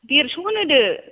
देरस'खौनो होदो